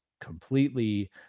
completely